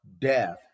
death